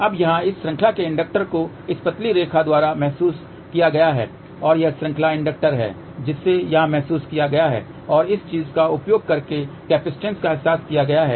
अब यहाँ इस श्रृंखला के इंडक्टर को इस पतली रेखा द्वारा महसूस किया गया है और यह श्रृंखला इंडक्टर है जिसे यहाँ महसूस किया गया है और इस चीज़ का उपयोग करके कैपिसिटंसका एहसास किया गया है